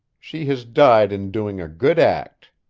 she has died in doing a good act.